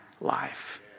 life